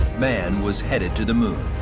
man was headed to the moon.